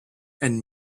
and